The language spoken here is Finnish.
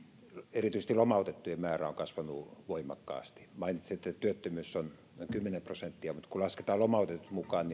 erityisesti lomautettujen määrä on kasvanut voimakkaasti mainitsitte että työttömyys on kymmenen prosenttia mutta kun lasketaan lomautetut mukaan